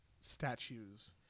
statues